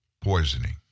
poisoning